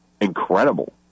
incredible